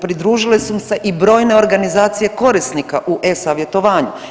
Pridružili su im se i brojne organizacije korisnika u e-savjetovanju.